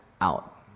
out